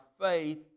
faith